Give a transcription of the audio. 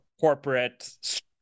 corporate